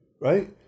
right